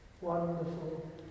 Wonderful